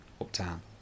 uptown